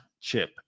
chip